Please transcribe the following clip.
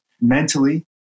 Mentally